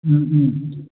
ꯎꯝ ꯎꯝ